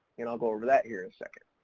and i'll go over that here in a second.